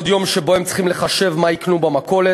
עוד יום שבו הם צריכים לחשב מה יקנו במכולת,